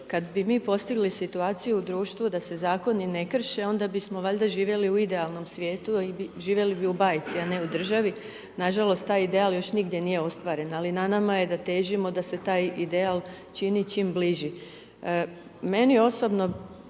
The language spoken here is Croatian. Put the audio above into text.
Kad bi mi postigli situaciju u društvu da se zakoni ne krše onda bismo valjda živjeli u idealnom svijetu i živjeli bi u bajci, a ne u državi, nažalost taj ideal još nigdje nije ostvaren, ali na nama je da težimo da se taj ideal čini čim bliži. Meni osobno